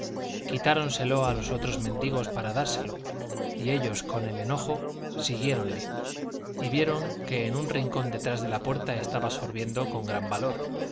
quitáronselo a los otros mendigos para dárselo y ellos con el enojo siguiéronle y vieron que en un rincón detrás de la puerta estaba sorbiendo con gran valor